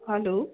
hello